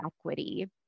equity